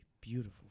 beautiful